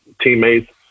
teammates